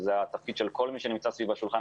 וזה התפקיד של כל מי שנמצא סביב השולחן,